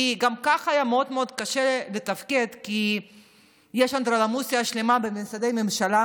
גם ככה היה מאוד מאוד קשה לתפקד כי יש אנדרלמוסיה שלמה במשרדי ממשלה,